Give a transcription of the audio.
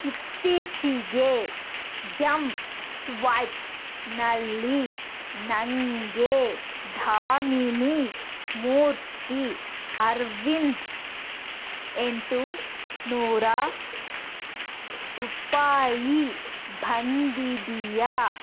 ಇತ್ತೀಚಿಗೆ ಎಂ ಸ್ವೈಪ್ನಲ್ಲಿ ನನಗೆ ಧಾಮಿನಿ ಮೂರ್ತಿ ಅವ್ರಿಂದ್ ಎಂಟು ನೂರು ರೂಪಾಯಿ ಬಂದಿದೆಯಾ